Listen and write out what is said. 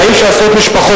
האם כשעשרות משפחות,